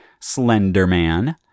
Slenderman